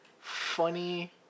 funny